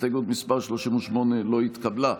הסתייגות מס' 38 לא התקבלה.